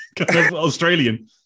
Australian